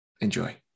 Enjoy